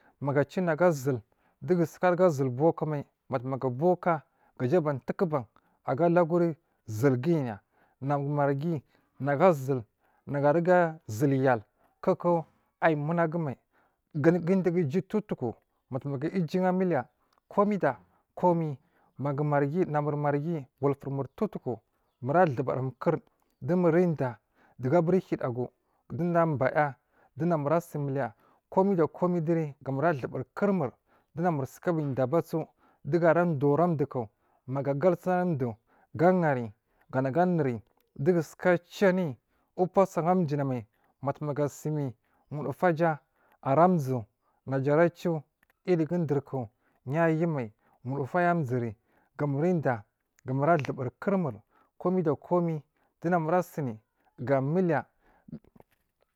Maga ajuwo naga asul duga suka ruga sul boka mai batumaga baka gaja abatukuban aga laguri sul guyina nagu marghi nagu asul naga aruga sul yal kuku ayi munagu mai gu gudaga iju towu tuku matumaga uju amiliya ko mai da komai gumarghi namir marghi wolfurimur towotoku mara tuburimun kur dumuri uda du gaburi uhiyadagu duda abaya duna mur asimiliya komai da ikomai du gamuri a duburikur ma dugu sukabadiya abasu duga ruga dowara duku maga galsuni anudu ga hari ga nagu anuriyi duga sukaciyi nui u puwosa wacina mai matumaga sumiyi wodufuja ara zu naja ara juwo inigudurku yayumai wodufuya azuiri gu muri udiya ga muri aduburi kurmur komai da komai du namur asiniga miliya.